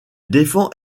défend